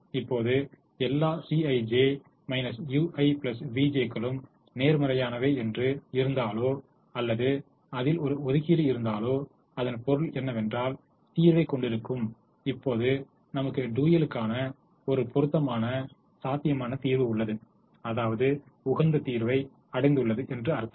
இப்போது எல்லா Cij ui vj களும் நேர்மறையானவை என்று இருந்தாலோ அல்லது அதில் ஒரு ஒதுக்கீடு இருந்தாலோ அதன் பொருள் என்னவென்றால் முதன்மையான பாராட்டு மந்தநிலைக்கு நாம் ஒரு சாத்தியமான தீர்வைக் கொண்டிருக்கிறோம் இப்போது நமக்கு டூயலுக்கான ஒரு பொருத்தமான சாத்தியமான தீர்வு உள்ளது அதாவது உகந்த தீர்வை அடைந்ததுள்ளது என்று அர்த்தம்